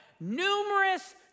numerous